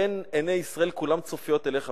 עיני ישראל כולם צופיות אליך.